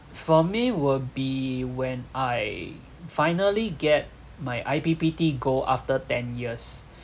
for me will be when I finally get my I_P_P_T gold after ten years